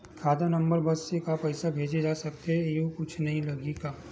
खाता नंबर बस से का पईसा भेजे जा सकथे एयू कुछ नई लगही का?